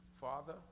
Father